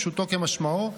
פשוטו כמשמעו,